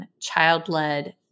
child-led